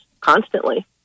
constantly